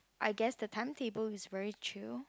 I guess the timetable is very chill